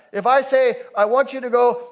if i say, i want you to go,